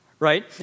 Right